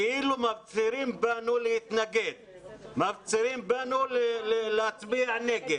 כאילו מפצירים בנו להתנגד ומפצירים בנו להצביע נגד.